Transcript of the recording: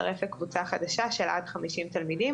הצטרף לקבוצה חדשה של עד 50 תלמידים,